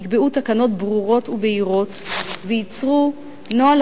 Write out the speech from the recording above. יקבעו תקנות ברורות ובהירות וייצרו נוהל